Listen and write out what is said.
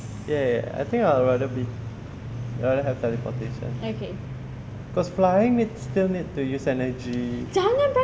ya I think I'd rather be I'd rather have teleportation because flying need still need to use energy